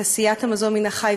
ותעשיית המזון מן החי,